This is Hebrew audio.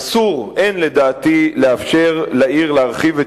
אסור אין לדעתי לאפשר לעיר להרחיב את